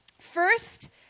First